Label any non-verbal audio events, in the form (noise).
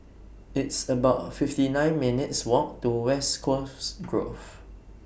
It's about fifty nine minutes' Walk to West Coast (noise) Grove